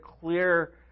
clear